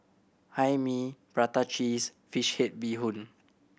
Hae Mee prata cheese fish head bee hoon